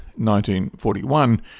1941